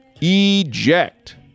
eject